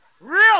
Real